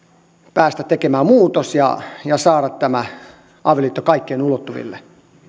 päästä tekemään muutos ja saada tämä avioliitto kaikkien ulottuville